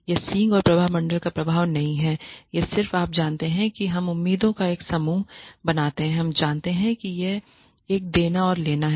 यह सींग और प्रभामंडल का प्रभाव नहीं है यह सिर्फ आप जानते हैं कि हम उम्मीदों का एक समूह बनाते हैं हम जानते हैं कि यह एक देना और लेना है